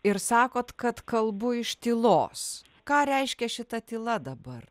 ir sakot kad kalbu iš tylos ką reiškia šita tyla dabar